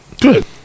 good